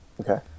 Okay